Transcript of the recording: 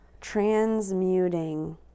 transmuting